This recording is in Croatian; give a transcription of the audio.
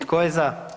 Tko je za?